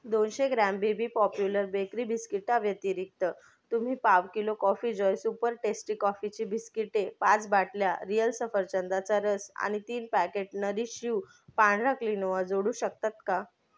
दोनशे gram baby popular bakery बिस्किटाव्यतिरिक्त तुम्ही पाव kilo coffee joy super tasty कॉफीची बिस्किटे पाच बाटल्या रिअल सफरचंदाचा रस आणि तीन पॅकेट नरीश यू पांढरा क्विनोआ जोडू शकतात का